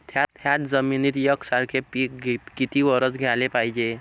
थ्याच जमिनीत यकसारखे पिकं किती वरसं घ्याले पायजे?